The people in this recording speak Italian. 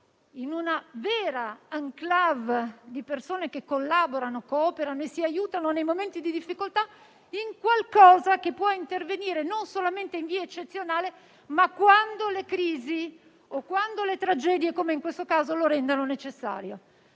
in una vera *enclave* di persone che collaborano, cooperano e si aiutano nei momenti di difficoltà, in qualcosa che può intervenire non solamente in via eccezionale, ma quando le crisi o le tragedie, come in questo caso, lo rendono necessario.